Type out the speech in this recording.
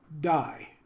die